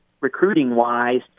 recruiting-wise